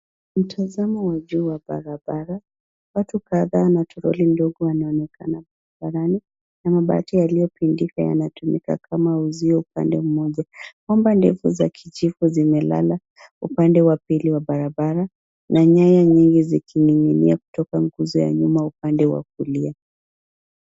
Mtazamo wa juu wa barabara. Watu kadhaa na troli ndogo wanaonekana barabarani na mabati yaliyopindika yanatumika kama uzio upande mmoja. Bomba ndefu za kijivu zimelala upande wa pili wa barabara na nyaya nyingi zikining'inia kutoka nguzo ya nyuma upande wa kulia.